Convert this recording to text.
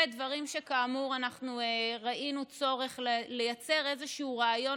ובדברים שבהם כאמור אנחנו ראינו צורך לייצר איזשהו רעיון